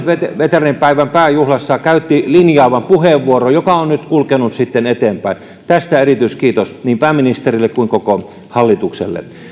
veteraanipäivän pääjuhlassa käytti linjaavan puheenvuoron joka on nyt sitten kulkenut eteenpäin tästä erityiskiitos niin pääministerille kuin koko hallitukselle